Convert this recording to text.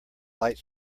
light